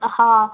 हां